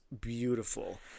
beautiful